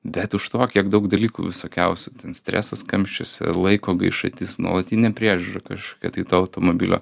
bet už to kiek daug dalykų visokiausių ten stresas kamščiuose laiko gaišatis nuolatinė priežiūra kažkokia tai to automobilio